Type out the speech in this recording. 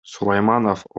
сулайманов